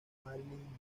marilyn